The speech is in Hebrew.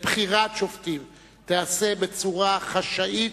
לבחירת שופטים, תיעשה בצורה חשאית,